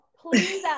Please